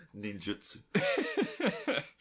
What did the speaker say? Ninjutsu